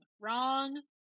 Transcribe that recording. wrong